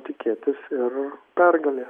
tikėtis ir pergalės